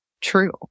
true